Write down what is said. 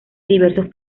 diversos